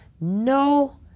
No